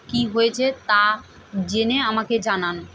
কী হয়েছে তা জেনে আমাকে জানান